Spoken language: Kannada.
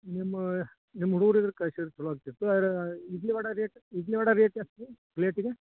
ನಿಮ್ಮ ನಿಮ್ಮ ಹುಡ್ಗುರು ಇದ್ದರೆ ಕಳಿಸಿದ್ರ ಚೊಲೋ ಆಗ್ತಿತ್ತು ಐರಾ ಇಡ್ಲಿ ವಡೆ ರೇಟ್ ಇಡ್ಲಿ ವಡ ರೇಟ್ ಎಷ್ಟು ರೀ ಪ್ಲೇಟಿಗೆ